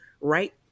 right